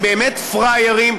הם באמת פראיירים,